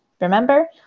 Remember